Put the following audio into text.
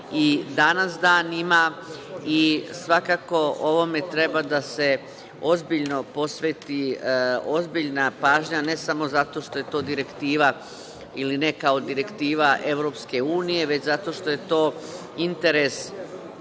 danas dan ima i svakako ovome treba da se ozbiljna posveti ozbiljna pažnja, ne samo zato što je to direktiva ili neka od direktiva EU, već zato što je to interes,